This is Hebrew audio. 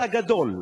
אתה גדול,